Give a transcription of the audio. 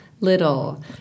Little